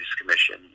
Commission